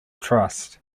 trust